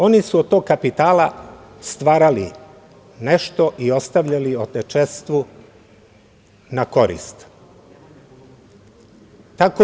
Oni su od tog kapitala stvarali nešto i ostavljali otečestvu na korist.